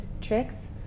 tricks